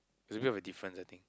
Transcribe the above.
is a bit of a difference I think